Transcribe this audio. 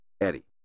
Eddie